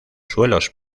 suelos